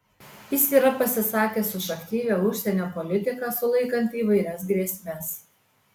jis yra pasisakęs už aktyvią užsienio politiką sulaikant įvairias grėsmes